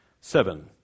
Seven